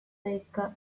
deika